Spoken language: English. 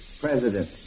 president